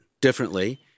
differently